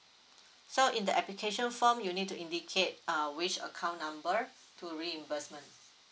so in the application form you need to indicate uh which account number to reimbursement